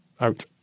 out